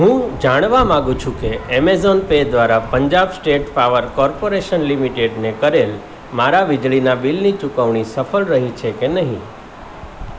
હું જાણવા માગું છું કે એમેઝોન પે દ્વારા પંજાબ સ્ટેટ પાવર કોર્પોરેશન લિમિટેડને કરેલ મારા વીજળીનાં બિલની ચુકવણી સફળ રહી છે કે નહીં